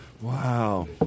Wow